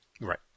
Right